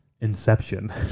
inception